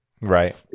Right